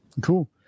Cool